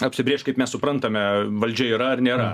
apsibrėžt kaip mes suprantame valdžia yra ar nėra